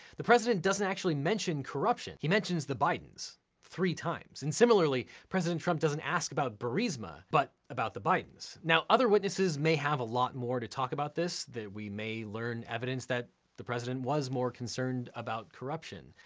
the president doesn't actually mention corruption. he mentions the bidens three times, and similarly, president trump doesn't ask about burisma, but about the bidens. now other witnesses may have a lot more to talk about this, that we may learn evidence that the president was more concerned about corruption.